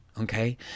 okay